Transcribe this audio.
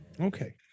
okay